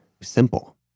simple